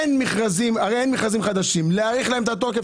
אם אין מכרזים חדשים צריך להאריך את התוקף